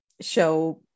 show